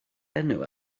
enw